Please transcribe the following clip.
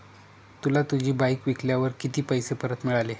तुला तुझी बाईक विकल्यावर किती पैसे परत मिळाले?